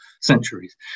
centuries